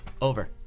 Over